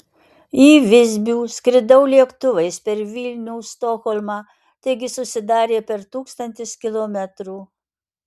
į visbių skridau lėktuvais per vilnių stokholmą taigi susidarė per tūkstantis kilometrų